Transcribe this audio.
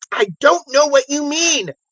i don't know what you mean,